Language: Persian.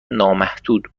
نامحدود